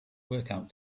workout